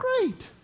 Great